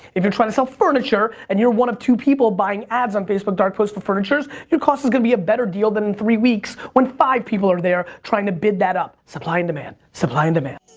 if you're trying to sell furniture, and you're one of two people buying ads on facebook dark posts for furniture, your cost is gonna be a better deal than in three weeks, when five people are there trying to bid that up. supply and demand, supply and demand.